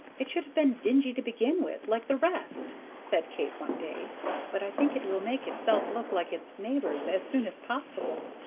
it should have been dingy to begin with, like the rest, said kate one day but i think it will make itself look like its neighbors as soon as possible.